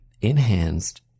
enhanced